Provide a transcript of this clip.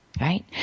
right